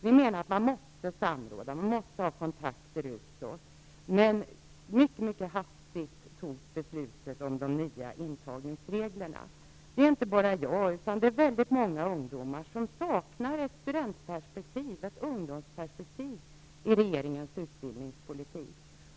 Vi menade att man måste samråda och ha kontakter utåt. Men mycket mycket hastigt fattades beslutet om de nya intagningsreglerna. Det är inte bara jag utan också väldigt många ungdomar som saknar ett studentperspektiv, ett ungdomsperspektiv i regeringens utbildningspolitik.